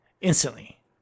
instantly